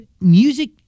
music